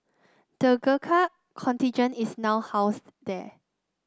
the Gurkha contingent is now housed there